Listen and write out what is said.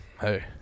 hey